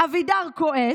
אבידר כועס,